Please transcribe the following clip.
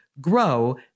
Grow